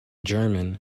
german